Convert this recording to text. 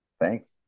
Thanks